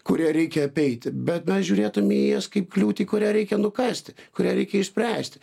kurią reikia apeiti bet mes žiūrėtume į kaip kliūtį kurią reikia nukasti kurią reikia išspręsti